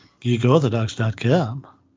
GeekOrthodox.com